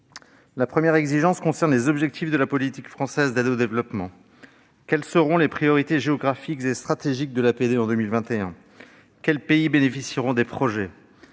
La première exigence concerne les objectifs de la politique française d'aide au développement. Quelles seront les priorités géographiques et stratégiques de l'APD en 2021 ? Quels pays bénéficieront des projets ?